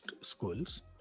schools